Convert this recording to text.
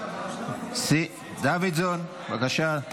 דוידסון, בבקשה.